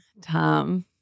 Tom